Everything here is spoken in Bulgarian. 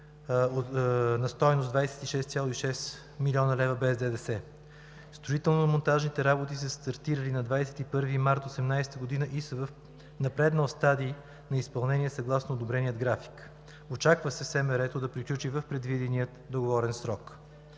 на стойност 26,6 млн. лв. без ДДС. Строително-монтажните работи са стартирали на 21 март 2018 г. и са в напреднал стадий на изпълнение съгласно одобрения график. Очаква се СМР-то да приключи в предвидения договорен срок.